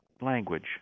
language